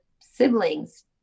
siblings